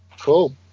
cool